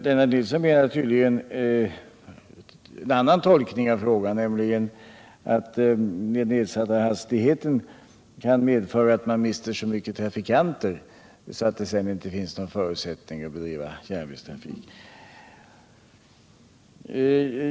Lennart Nilsson har tydligen en annan tolkning av frågan, nämligen att den nedsatta hastigheten kan medföra ett betydligt mindre antal trafikanter, så att det sedan inte finns några förutsättningar för järnvägstrafik.